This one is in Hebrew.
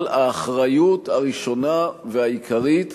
אבל האחריות הראשונה והעיקרית